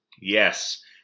Yes